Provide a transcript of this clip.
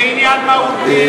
זה עניין מהותי,